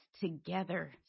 together